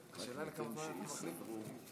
בשעה טובה שוב, מכובדי השר יעקב ליצמן,